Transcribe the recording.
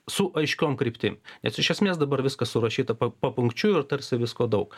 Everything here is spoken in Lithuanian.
su aiškiom kryptim nes iš esmės dabar viskas surašyta pa papunkčiui ir tarsi visko daug